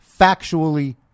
factually